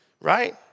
Right